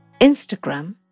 Instagram